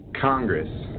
Congress